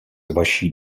vaší